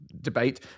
debate